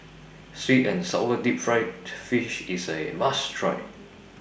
Sweet and Sour Deep Fried Fish IS A must Try